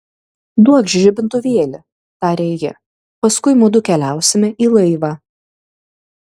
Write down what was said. duokš žibintuvėlį tarė ji paskui mudu keliausime į laivą